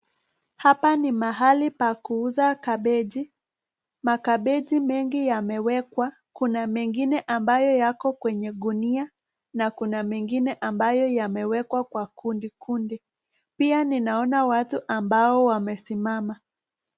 Hapa ni mahali pa kuuza kabeji, makabeji mengi yamewekwa kuna mengine ambayo yako kwenye gunia na kuna mengine ambayo yamewekwa kwa kundi kundi. Pia ninaona watu ambao wamesimama.